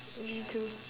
me too